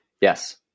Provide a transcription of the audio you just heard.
Yes